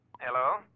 Hello